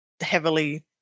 heavily